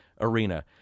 Arena